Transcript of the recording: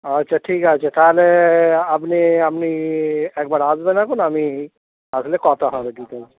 আচ্ছা ঠিক আছে তাহলে আপনি আপনি একবার আসবেন এখন আমি আসলে কথা হবে কী বলছেন